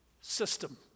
system